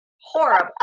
horrible